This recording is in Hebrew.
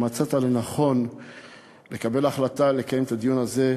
שמצאת לנכון לקבל החלטה לקיים את הדיון הזה.